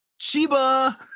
Chiba